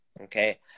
okay